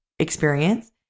experience